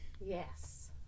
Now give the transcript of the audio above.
yes